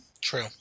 True